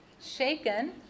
shaken